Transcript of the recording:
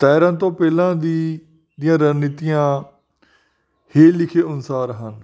ਤੈਰਨ ਤੋਂ ਪਹਿਲਾਂ ਦੀ ਦੀਆਂ ਰਣਨੀਤੀਆਂ ਹੇਠ ਲਿਖੇ ਅਨੁਸਾਰ ਹਨ